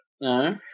no